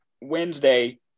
Wednesday